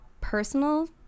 personal